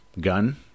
gun